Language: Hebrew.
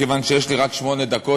כיוון שיש לי רק שמונה דקות,